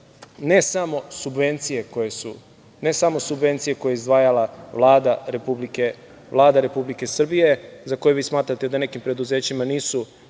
ne samo subvencije koje je izdvajala Vlada Republike Srbije, za koje vi smatrate da nekim preduzećima nisu